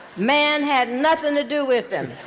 man had nothing to do with him.